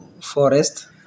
forest